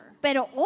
pero